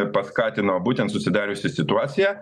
paskatino būtent susidariusi situacija